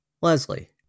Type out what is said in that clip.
Leslie